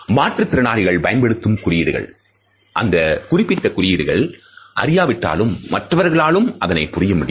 மாற்றுத்திறனாளிகள் பயன்படுத்தும் குறியீடுகள் அந்த குறிப்பிட்ட குறியீடுகள் அறியாவிட்டாலும் மற்றவர்களாலும் அதனை புரிய முடியும்